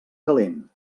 calent